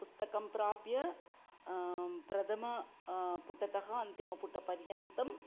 पुस्तकं प्राप्य प्रथमः पुटतः अन्तिमपुटपर्यन्तम्